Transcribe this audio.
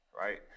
right